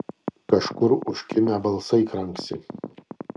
kažkur užkimę balsai kranksi